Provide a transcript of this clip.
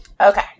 Okay